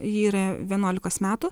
ji yra vienuolikos metų